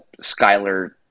Skyler